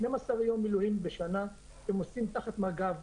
12 יום מילואים בשנה שהם עושים תחת מג"ב.